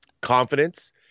confidence